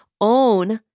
Own